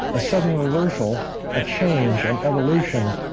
a sudden reversal a change an evolution.